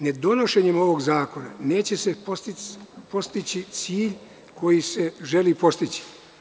Nedonošenjem ovog zakona neće se postići cilj koji se želi postići.